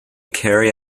carry